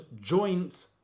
joint